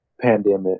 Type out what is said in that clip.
pandemic